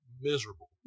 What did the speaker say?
miserable